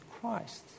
Christ